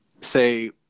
say